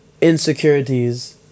insecurities